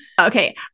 Okay